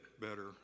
better